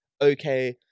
okay